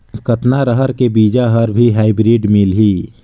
कतना रहर के बीजा हर भी हाईब्रिड मिलही?